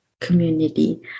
community